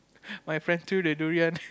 my friends threw the durian